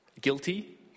guilty